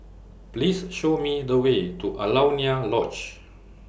Please Show Me The Way to Alaunia Lodge